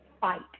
fight